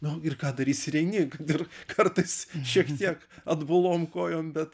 nu ir ką darysi ir eini kad ir kartais šiek tiek atbulom kojom bet